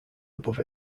above